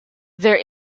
there